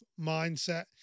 mindset